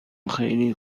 خیلی